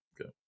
Okay